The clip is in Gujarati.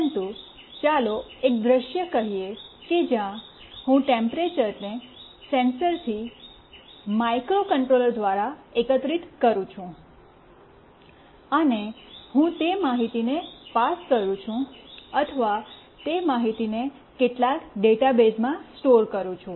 પરંતુ ચાલો એક દૃશ્ય કહીએ કે જ્યાં હું ટેમ્પરેચર્ ને સેન્સરથી માઇક્રોકન્ટ્રોલર દ્વારા એકત્રિત કરું છું અને હું તે માહિતીને પાસ કરું છું અથવા તે માહિતીને કેટલાક ડેટાબેઝમાં સ્ટોર કરું છું